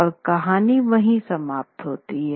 और कहानी वहीं समाप्त होती है